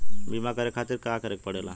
बीमा करे खातिर का करे के पड़ेला?